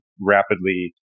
rapidly